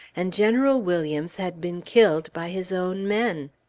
and general williams had been killed by his own men.